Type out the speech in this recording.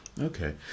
okay